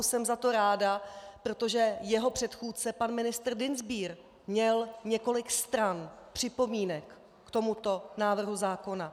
Jsem za to ráda, protože jeho předchůdce pan ministr Dienstbier měl několik stran připomínek k tomuto návrhu zákona.